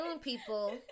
people